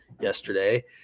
yesterday